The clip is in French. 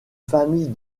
famille